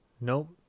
Nope